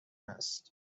است